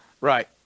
Right